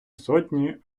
сотні